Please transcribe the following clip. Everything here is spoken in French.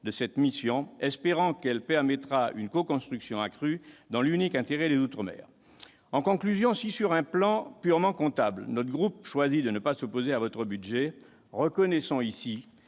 de cette mission, espérant qu'elle permettra une coconstruction accrue dans l'unique intérêt des outre-mer. Si, sur un plan purement comptable, notre groupe choisit de ne pas s'opposer à votre budget, reconnaissons ici